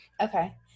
okay